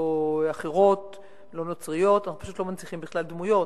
לא נוצריות ולא אחרות.